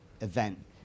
event